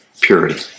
Purity